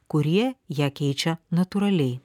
kurie ją keičia natūraliai